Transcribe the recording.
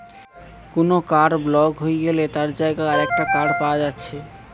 কুনো card block হই গ্যালে তার জাগায় আরেকটা কার্ড পায়া যাচ্ছে